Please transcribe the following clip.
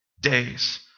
days